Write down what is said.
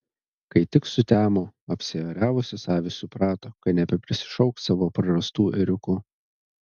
kai tik sutemo apsiėriavusios avys suprato kad nebeprisišauks savo prarastų ėriukų